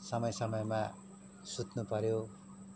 समय समयमा सुत्नुपऱ्यो